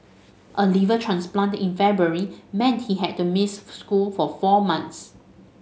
a liver transplant in February meant he had to miss school for four months